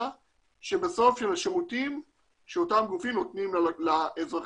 של שירותים שאותם גופים נותנים לאזרחים.